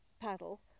paddle